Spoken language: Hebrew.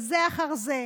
בזה אחר זה.